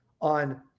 on